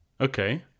Okay